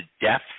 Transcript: death